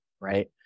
right